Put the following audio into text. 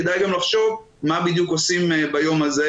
כדאי גם לחשוב מה בדיוק עושים ביום הזה,